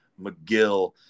McGill